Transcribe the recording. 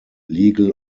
legal